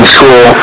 School